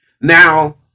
now